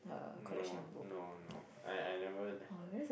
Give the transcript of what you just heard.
no no no I I never